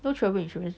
no travel insurance